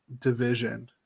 division